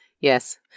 yes